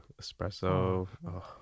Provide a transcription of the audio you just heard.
espresso